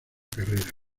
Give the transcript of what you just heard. carrera